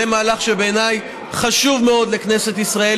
זה מהלך שבעיניי חשוב מאוד לכנסת ישראל,